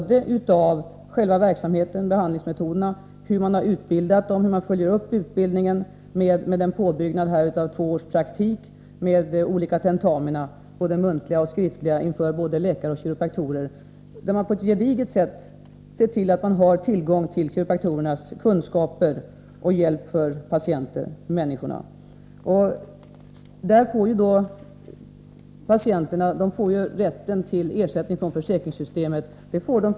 Det gäller både behandlingsmetoderna och hur man utbildar och vidareutbildar med en påbyggnad av två års praktik och med muntliga och skriftliga tentamina inför både läkare och kiropraktorer. Där ser man på ett gediget sätt till att man har tillgång till kiropraktorernas kunskaper och förmåga att hjälpa människorna. I Schweiz har patienterna också rätt till ersättning från försäkringssystemet, och det har def.